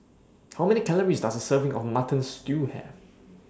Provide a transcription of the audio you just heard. How Many Calories Does A Serving of Mutton Stew Have